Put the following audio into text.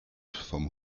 vom